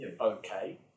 okay